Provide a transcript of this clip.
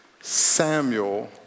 Samuel